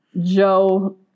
Joe